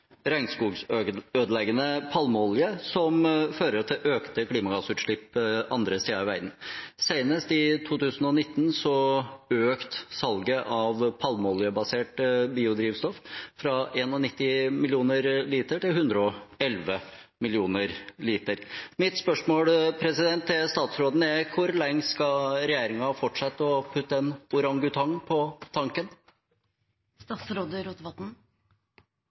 palmeolje, som fører til økte klimagassutslipp andre steder i verden. Senest i 2019 økte salget av palmeoljebasert biodrivstoff fra 91 millioner liter til 111 millioner liter. Mitt spørsmål til statsråden er: Hvor lenge skal regjeringen fortsette å putte en orangutang på